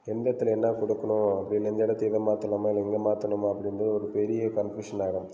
எந்த இடத்துல என்ன கொடுக்கணும் அப்படின்னு இந்த இடத்துல இதை மாற்றணுமா இல்லை இங்கே மாற்றணுமா அப்படின்னு ஒரு பெரிய கன்ஃப்யூஷன் ஆயிரும்